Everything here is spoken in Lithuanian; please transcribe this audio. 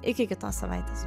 iki kitos savaitės